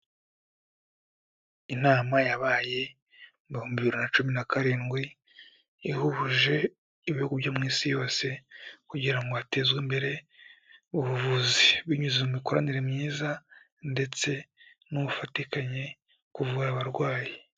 Inama yabaye mu bihumbi bibiri na cumi na karindwi, ihuje Ibihugu byo mu Isi yose kugira hatezwe imbere ubuvuzi binyuze mu mikoranire myiza ndetse n'ubufatikanye kuvura abarwayi.